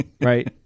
right